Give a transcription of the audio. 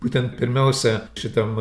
būtent pirmiausia šitam